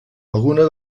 algunes